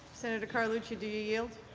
senator carlucci, do you yield?